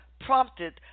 prompted